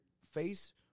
face